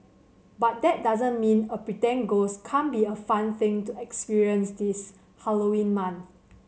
but that doesn't mean a pretend ghost can't be a fun thing to experience this Halloween month